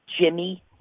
Jimmy